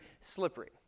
slippery